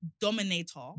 Dominator